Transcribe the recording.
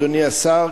אדוני השר,